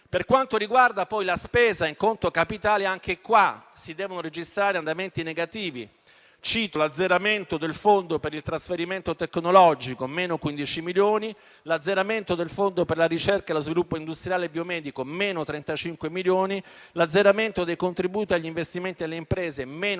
Per quanto riguarda poi la spesa in conto capitale, anche in questo caso si devono registrare andamenti negativi: cito l'azzeramento del fondo per il trasferimento tecnologico (-15 milioni), l'azzeramento del fondo per la ricerca e lo sviluppo industriale biomedico (-35 milioni), l'azzeramento dei contributi agli investimenti e alle imprese (-200 milioni